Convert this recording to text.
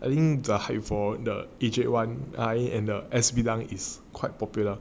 I think the hype for the egypt one eye and the S_B dunk is quite popular